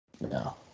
No